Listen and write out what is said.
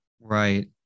Right